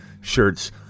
shirts